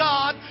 God